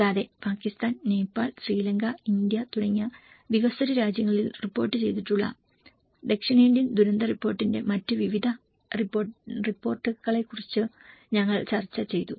കൂടാതെ പാകിസ്ഥാൻ നേപ്പാൾ ശ്രീലങ്ക ഇന്ത്യ തുടങ്ങിയ വികസ്വര രാജ്യങ്ങളിൽ റിപ്പോർട്ട് ചെയ്തിട്ടുള്ള ദക്ഷിണേഷ്യൻ ദുരന്ത റിപ്പോർട്ടിന്റെ മറ്റ് വിവിധ റിപ്പോർട്ടുകളെക്കുറിച്ചും ഞങ്ങൾ ചർച്ച ചെയ്തു